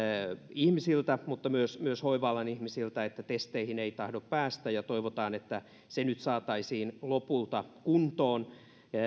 ihmisiltä myös myös hoiva alan ihmisiltä että testeihin ei tahdo päästä ja toivotaan että se nyt saataisiin lopulta kuntoon